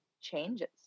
changes